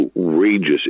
outrageous